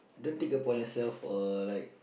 don't take upon yourself or like